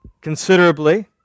considerably